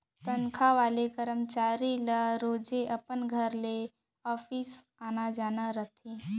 तनखा वाला करमचारी ल रोजे अपन घर ले ऑफिस आना जाना रथे